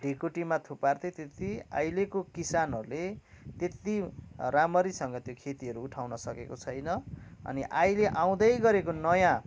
ढिकुटीमा थुपार्थे त्यति अहिलेको किसानहरूले त्यति राम्ररीसँग खेतीहरू उठाउन सकेको छैन अनि अहिलेले आउँदै गरेको नयाँ